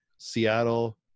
seattle